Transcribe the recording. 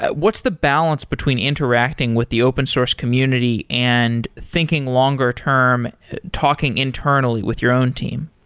what's the balance between interacting with the open source community and thinking longer-term talking internally with your own team?